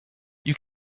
you